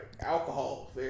Alcohol